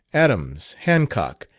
adams, hancock,